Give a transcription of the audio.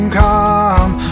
come